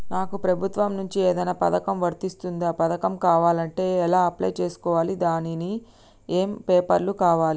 నాకు ప్రభుత్వం నుంచి ఏదైనా పథకం వర్తిస్తుందా? పథకం కావాలంటే ఎలా అప్లై చేసుకోవాలి? దానికి ఏమేం పేపర్లు కావాలి?